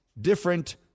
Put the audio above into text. different